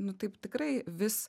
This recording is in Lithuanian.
nu taip tikrai vis